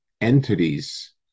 entities